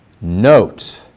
note